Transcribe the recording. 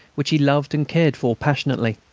which he loved and cared for passionately.